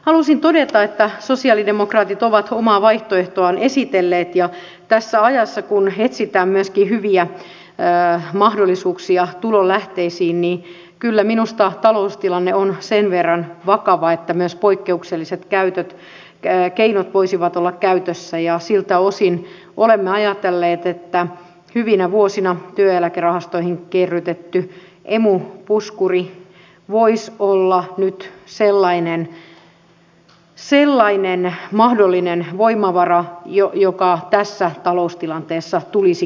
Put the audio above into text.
halusin todeta että sosialidemokraatit ovat omaa vaihtoehtoaan esitelleet ja tässä ajassa kun etsitään myöskin hyviä mahdollisuuksia tulonlähteiksi kyllä minusta taloustilanne on sen verran vakava että myös poikkeukselliset keinot voisivat olla käytössä ja siltä osin olemme ajatelleet että hyvinä vuosina työeläkerahastoihin kerrytetty emu puskuri voisi olla nyt sellainen mahdollinen voimavara joka tässä taloustilanteessa tulisi kysymykseen